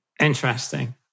Interesting